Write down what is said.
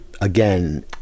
again